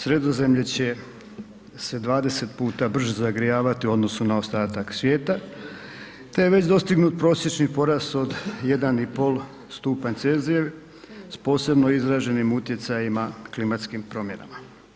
Sredozemlje će se 20 puta brže zagrijavati u odnosu na ostatak svijeta te je već dostignut prosječni porast od 1,5 stupanj C s posebno izraženim utjecajima klimatskim promjenama.